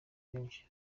benshi